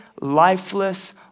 lifeless